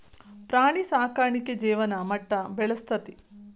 ಪ್ರಾಣಿ ಸಾಕಾಣಿಕೆ ಜೇವನ ಮಟ್ಟಾ ಬೆಳಸ್ತತಿ